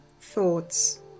thoughts